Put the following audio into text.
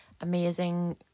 amazing